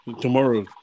Tomorrow